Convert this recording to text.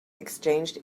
exchanged